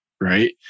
right